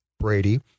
Brady